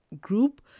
group